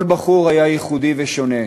כל בחור היה ייחודי ושונה,